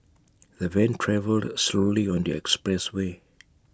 the van travelled slowly on the expressway